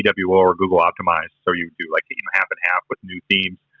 yeah vwo or google optimize, so you do, like, you know half and half with new themes,